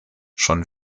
schon